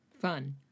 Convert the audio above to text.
Fun